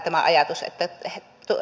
tämä ajatus minusta vähän ontuu